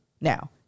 Now